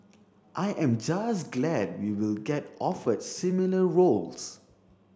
I am just glad we will get offered similar roles